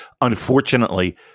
Unfortunately